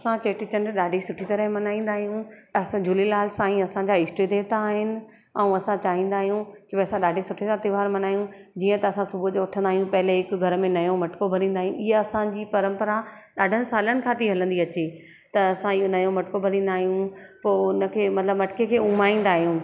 असां चेटीचंडु ॾाढी सुठी तरहि मल्हाईंदा आहियूं असां झूलेलाल साईं असांजा इष्ट देवता आहिनि ऐं असां चाहींदा आहियूं कि असां ॾाढे सुठे सां तहिंवार मल्हायूं जीअं त असां सुबुह जो उथंदा आहियूं पहिले हिक घर में नयो मटको भरींदा ईअं असांजी परंपरा ॾाढनि सालनि खां थी हलंदी अचे त असां इहो नयो मटको भरींदा आहियूं पोइ उन खे मतिलबु मटके खे उमाईंदा आहियूं